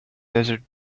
desert